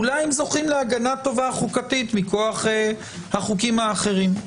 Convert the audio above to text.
אולי הם זוכים להגנה טובה חוקתית מכוח החוקים האחרים.